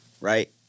right